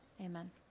Amen